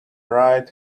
right